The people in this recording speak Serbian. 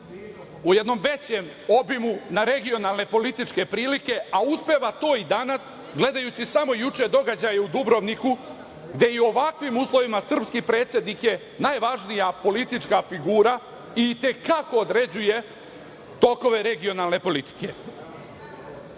u jednom većem obimu, na regionalne političke prilike, a uspeva to i danas, gledajući samo juče događaj u Dubrovniku gde i u ovakvim uslovima srpski predsednik je najvažnija politička figura i i te kako određuje tokove regionalne politike. Naravno,